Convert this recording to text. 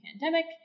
pandemic